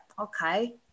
okay